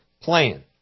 plan